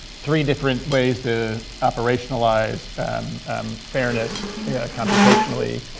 three different ways to operationalize fairness computationally.